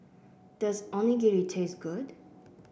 does Onigiri taste good